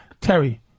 terry